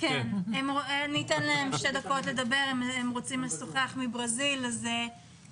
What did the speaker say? לימודית מברזיל שאני אחראי